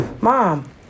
mom